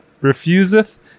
refuseth